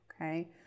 okay